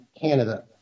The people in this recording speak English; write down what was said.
Canada